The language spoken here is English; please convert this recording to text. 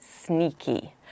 sneaky